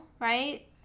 right